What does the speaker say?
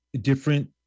different